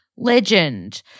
Legend